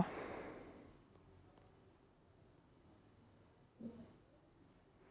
शिकारी मांस मिळवण्यासाठी जंगली प्राण्यांची शिकार करतो